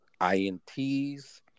INTs